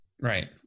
Right